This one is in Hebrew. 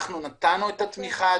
אנחנו נתנו את התמיכה,